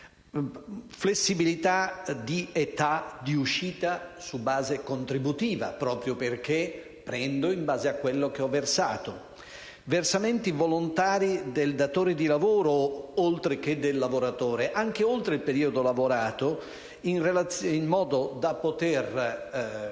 flessibilità di età di uscita su base contributiva (proprio perché prendo in base a quanto ho versato); versamenti volontari del datore di lavoro oltre che del lavoratore, anche oltre il periodo lavorato in modo da poter